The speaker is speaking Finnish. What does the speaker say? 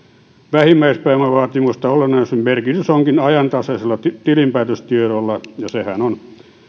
vähimmäispääomavaatimusta olennaisempi merkitys onkin ajantasaisilla tilinpäätöstiedoilla ja sehän on